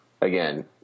again